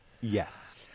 Yes